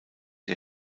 der